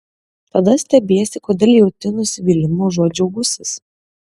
tada stebiesi kodėl jauti nusivylimą užuot džiaugusis